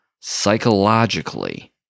psychologically